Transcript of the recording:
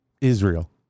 Israel